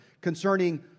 concerning